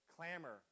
Clamor